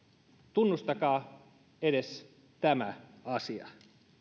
tunnustakaa edes tämä asia